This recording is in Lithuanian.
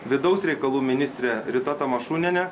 vidaus reikalų ministrė rita tamašunienė